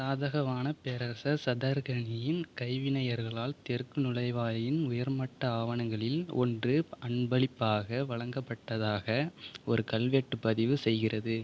சாதகவானப் பேராசர் சதகர்ணியின் கைவினைஞர்களால் தெற்கு நுழைவாயின் உயர்மட்ட ஆவணங்களில் ஒன்று அன்பளிப்பாக வழங்கப்பட்டதாக ஒரு கல்வெட்டு பதிவு செய்கிறது